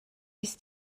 ist